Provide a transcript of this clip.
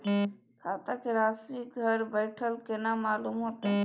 खाता के राशि घर बेठल केना मालूम होते?